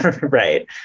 Right